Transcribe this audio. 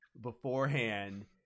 beforehand